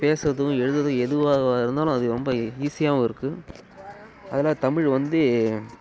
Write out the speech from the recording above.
பேசுவதும் எழுதுவதும் எதுவாக இருந்தாலும் அது ரொம்ப ஈஸியாவும் இருக்குது அதில் தமிழ் வந்து